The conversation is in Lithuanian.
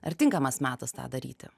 ar tinkamas metas tą daryti